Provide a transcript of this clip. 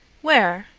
where?